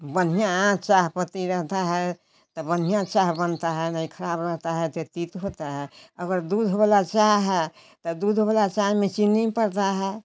बढ़िया चाय पत्ती रहता है तो बढ़िया चाह बनता है नहीं खराब रहता है तो ये तीत होते हैं अगर दूध वाला चाय है तो दूध वाला चाय में चीनी पड़ता है